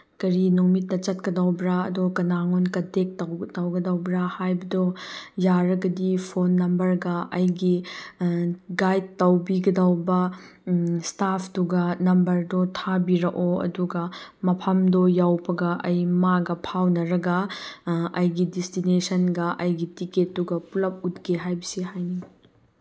ꯀꯔꯤ ꯅꯨꯃꯤꯠꯇ ꯆꯠꯀꯗꯧꯕ꯭ꯔꯥ ꯑꯗꯣ ꯀꯅꯥꯉꯣꯟ ꯀꯟꯇꯦꯛ ꯇꯧꯒꯗꯕ꯭ꯔꯥ ꯍꯥꯏꯕꯗꯣ ꯌꯥꯔꯒꯗꯤ ꯐꯣꯟ ꯅꯝꯕꯔꯒ ꯑꯩꯒꯤ ꯒꯥꯏꯠ ꯇꯧꯕꯤꯒꯗꯧꯕ ꯏꯁꯇꯥꯐꯇꯨꯒ ꯅꯝꯕꯔꯗꯣ ꯊꯥꯕꯤꯔꯛꯑꯣ ꯑꯗꯨꯒ ꯃꯐꯝꯗꯣ ꯌꯧꯕꯒ ꯑꯩ ꯃꯥꯒ ꯐꯥꯎꯅꯔꯒ ꯑꯩꯒꯤ ꯗꯤꯁꯇꯤꯅꯦꯁꯟꯒ ꯑꯩꯒꯤ ꯇꯤꯀꯦꯠꯇꯨꯒ ꯄꯨꯜꯂꯞ ꯎꯠꯀꯦ ꯍꯥꯏꯕꯁꯤ ꯍꯥꯏꯅꯤꯡꯉꯤ